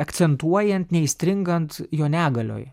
akcentuojant neįstringant jo negalioj